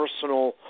personal